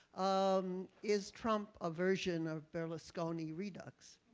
um is trump a version of berlusconi redux?